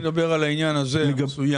לא, אני מדבר על העניין הזה המסוים.